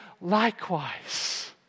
likewise